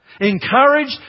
encouraged